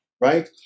right